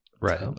Right